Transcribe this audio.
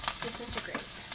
disintegrate